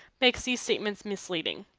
makes these statements misleading.